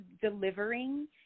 delivering